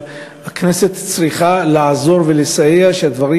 אבל הכנסת צריכה לעזור ולסייע שהדברים